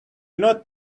not